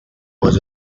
was